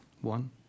one